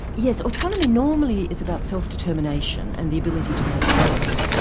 yes, autonomy normally is about self determination and the ability to make choices.